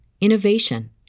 innovation